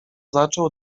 zaczął